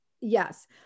yes